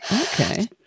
Okay